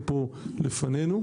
הלכתי הביתה ואשכרה בכיתי.